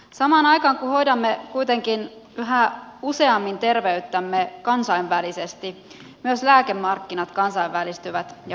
samaan aikaan kun hoidamme kuitenkin yhä useammin terveyttämme kansainvälisesti myös lääkemarkkinat kansainvälistyvät ja kasvavat